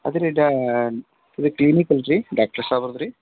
ಅದೇ ರೀ ಡಾ ಇದು ಕ್ಲಿನಿಕ್ ಅಲ್ರೀ ಡಾಕ್ಟ್ರ್ ಷಾಪ್ ಅಲ್ರೀ